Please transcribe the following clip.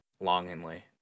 longingly